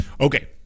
Okay